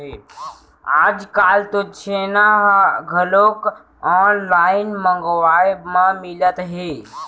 आजकाल तो छेना ह घलोक ऑनलाइन मंगवाए म मिलत हे